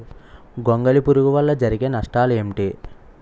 గొంగళి పురుగు వల్ల జరిగే నష్టాలేంటి?